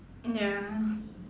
ya